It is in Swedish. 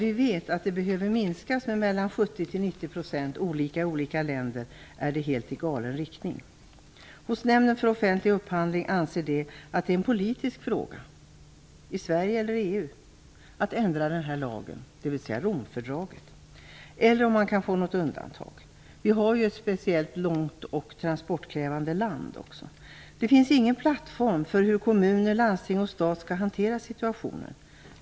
Vi vet dock att nivåerna behöver minskas med mellan 70 och 90 %- det är olika i olika länder - är detta i helt galen riktning. Nämnden för offentlig upphandling anser att det är en politisk fråga - i Sverige eller i EU - att ändra den här lagen, dvs. Romfördraget, om man inte kan få ett undantag. Sverige är ett särskilt långt och transportkrävande land. Det finns ingen plattform för hur kommuner, landsting och staten skall hantera situationen.